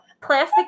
plastic